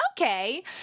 Okay